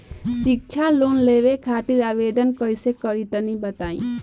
शिक्षा लोन लेवे खातिर आवेदन कइसे करि तनि बताई?